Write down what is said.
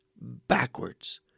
backwards